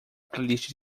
playlist